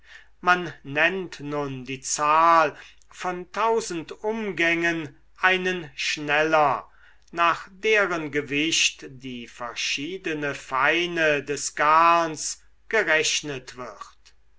man nennt nun die zahl von tausend umgängen einen schneller nach deren gewicht die verschiedene feine des garns gerechnet wird